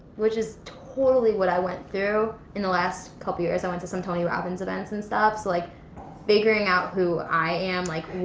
which is totally what i went through. in the last couple years i went to some tony robbins events and stuff. so like figuring out who i am like